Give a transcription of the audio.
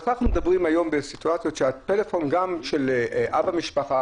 אנחנו מדברים היום על סיטואציות שהטלפון גם של אב המשפחה